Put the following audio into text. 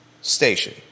station